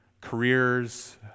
careers